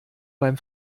beim